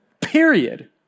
period